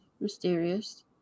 mysterious